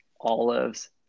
olives